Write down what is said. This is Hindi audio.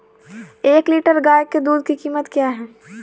एक लीटर गाय के दूध की कीमत क्या है?